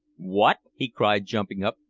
what? he cried, jumping up.